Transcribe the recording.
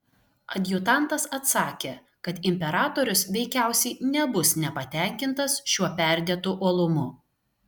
adjutantas atsakė kad imperatorius veikiausiai nebus nepatenkintas šiuo perdėtu uolumu